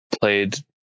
played